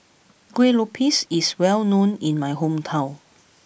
Kuih Lopes is well known in my hometown